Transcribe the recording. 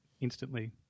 instantly